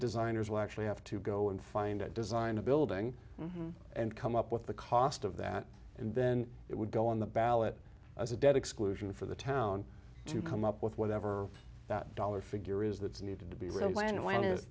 designers will actually have to go and find a design a building and come up with the cost of that and then it would go on the ballot as a debt exclusion for the town to come up with whatever that dollar figure is that's needed to be ready when when is